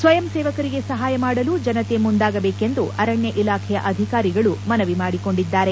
ಸ್ವಯಂ ಸೇವಕರಿಗೆ ಸಹಾಯ ಮಾಡಲು ಜನತೆ ಮುಂದಾಗಬೇಕೆಂದು ಅರಣ್ಞ ಇಲಾಖೆ ಅಧಿಕಾರಿಗಳು ಮನವಿ ಮಾಡಿಕೊಂಡಿದ್ದಾರೆ